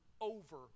over